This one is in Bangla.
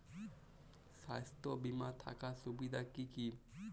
স্বাস্থ্য বিমা থাকার সুবিধা কী কী?